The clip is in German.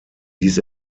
ließ